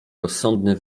rozsądny